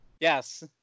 Yes